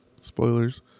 Spoilers